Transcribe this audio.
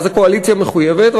ואז הקואליציה מחויבת,